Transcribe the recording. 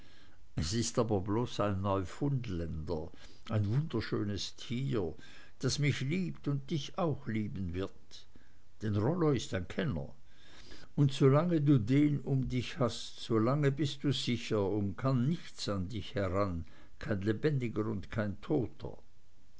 es ist aber bloß ein neufundländer ein wunderschönes tier das mich liebt und dich auch lieben wird denn rollo ist ein kenner und solange du den um dich hast so lange bist du sicher und kann nichts an dich heran kein lebendiger und kein toter